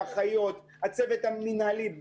אחיות הצוות המנהלי.